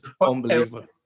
Unbelievable